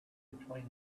between